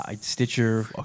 Stitcher